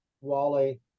Wally